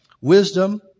wisdom